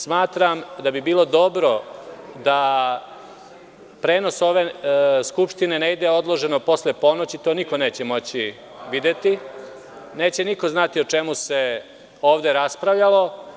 Smatram da bi bilo dobro da prenos Skupštine ne ide odloženo posle ponoći, jer to niko neće moći videti i neće niko znati o čemu se ovde raspravljalo.